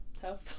Tough